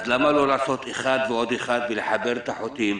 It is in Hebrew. אז למה לא לעשות אחד ועוד אחד ולחבר את החוטים,